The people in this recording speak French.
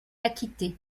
acquitté